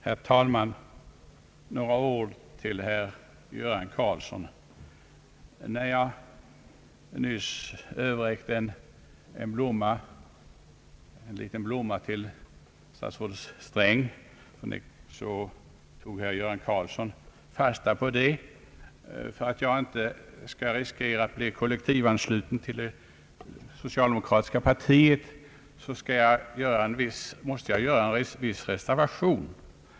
Herr talman! Några ord till herr Göran Karlsson. När jag nyss överräckte en liten blomma till statsrådet Sträng, tog herr Göran Karlsson fasta på det. För att jag inte skall riskera att genom detta bli kollektivansluten till det socialdemokratiska partiet måste jag göra en reservation.